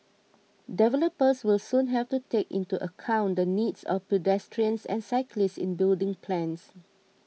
developers will soon have to take into account the needs of pedestrians and cyclists in building plans